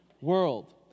world